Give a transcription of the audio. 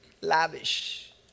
Lavish